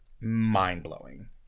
mind-blowing